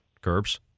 Curbs